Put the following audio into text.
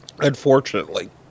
Unfortunately